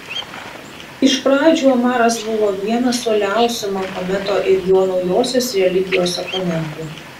iš pradžių omaras buvo vienas uoliausių mahometo ir jo naujosios religijos oponentų